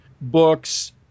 books